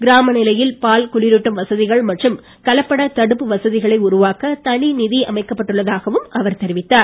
கிராம நிலையில் பால் குளிரூட்டும் வசதிகள் மற்றும் வசதிகளை கலப்பட தடுப்பு உருவாக்க தனிநிதி அமைக்கப்பட்டுள்ளதாகவும் அவர் தெரிவித்தார்